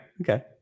okay